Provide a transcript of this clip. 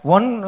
One